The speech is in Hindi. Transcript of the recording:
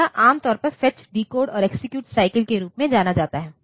तो यह आमतौर पर फेचडिकोड और एक्सेक्यूट साइकिल के रूप में जाना जाता है